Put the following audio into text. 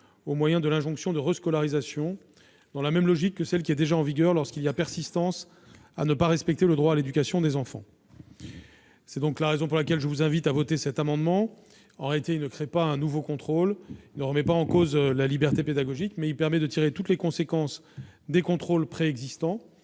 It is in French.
au moyen de l'injonction de rescolarisation, dans la même logique que celle déjà en vigueur lorsqu'il y a persistance à ne pas respecter le droit à l'éducation des enfants. Pour ces raisons, je vous invite à voter cet amendement, qui ne crée pas un nouveau contrôle ni ne remet en cause la liberté pédagogique. Il permet simplement de tirer toutes les conséquences des contrôles existants.